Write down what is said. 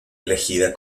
elegida